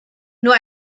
nur